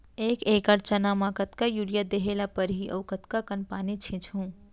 एक एकड़ चना म कतका यूरिया देहे ल परहि अऊ कतका कन पानी छींचहुं?